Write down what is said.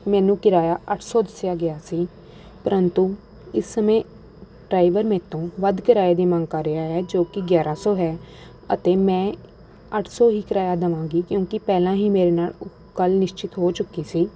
ਮੈਨੂੰ ਕਿਰਾਇਆ ਅੱਠ ਸੌ ਦੱਸਿਆ ਗਿਆ ਸੀ ਪਰੰਤੂ ਇਸ ਸਮੇਂ ਡਰਾਈਵਰ ਮੈਤੋਂ ਵੱਧ ਕਿਰਾਏ ਦੀ ਮੰਗ ਕਰ ਰਿਹਾ ਹੈ ਜੋ ਕਿ ਗਿਆਰ੍ਹਾਂ ਸੌ ਹੈ ਅਤੇ ਮੈਂ ਅੱਠ ਸੌ ਹੀ ਕਿਰਾਇਆ ਦੇਵਾਂਗੀ ਕਿਉਂਕਿ ਪਹਿਲਾਂ ਹੀ ਮੇਰੇ ਨਾਲ ਉ ਗੱਲ ਨਿਸ਼ਚਿਤ ਹੋ ਚੁੱਕੀ ਸੀ